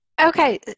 Okay